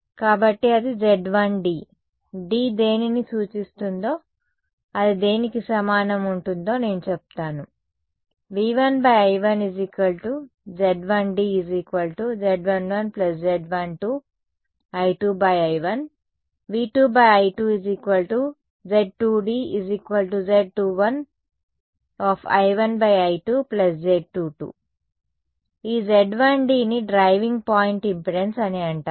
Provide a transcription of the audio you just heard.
కాబట్టి అది Z1d d దేనిని సూచిస్తుందో అది దేనికి సమానంగా ఉంటుందో నేను చెప్తాను V1 I 1 Z1d Z11 Z12 I2 I1 V2 I2 Z2d Z21 I1 I2 Z22 ఈ Z1d ని డ్రైవింగ్ పాయింట్ ఇంపెడెన్స్ అని అంటారు